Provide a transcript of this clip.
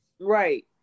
Right